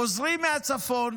חוזרים מהצפון,